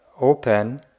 open